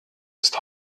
ist